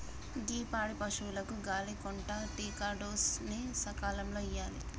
గీ పాడి పసువులకు గాలి కొంటా టికాడోస్ ని సకాలంలో ఇయ్యాలి